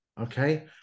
Okay